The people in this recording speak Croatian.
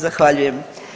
Zahvaljujem.